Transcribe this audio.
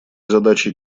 задачей